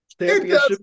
Championship